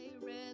red